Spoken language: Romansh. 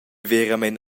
veramein